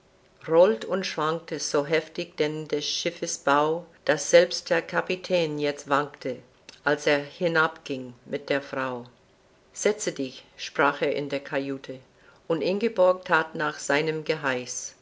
rollt und schwankte so heftig denn des schiffes bau daß selbst der kapitän jetzt wankte als er hinabging mit der frau setze dich sprach er in der kajüte und ingeborg that nach seinem geheiß